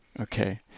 Okay